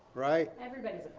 right? everybody's